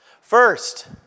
First